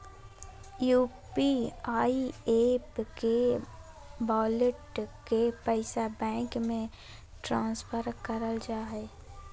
UPI app के wallet के पैसा बैंक मे ट्रांसफर करल जा सको हय